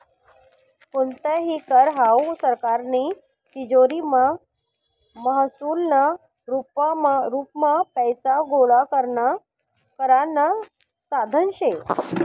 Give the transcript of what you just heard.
कोणताही कर हावू सरकारनी तिजोरीमा महसूलना रुपमा पैसा गोळा करानं साधन शे